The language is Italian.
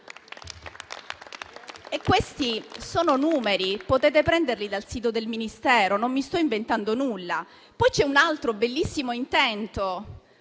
Questi sono numeri che potete prendere dal sito del Ministero. Non mi sto inventando nulla. Poi c'è un altro bellissimo intento: